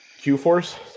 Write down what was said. Q-Force